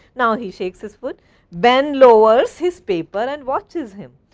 now, he shakes his foot then lowers his paper and watches him.